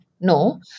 No